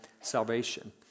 salvation